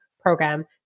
program